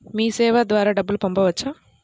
మీసేవ ద్వారా డబ్బు పంపవచ్చా?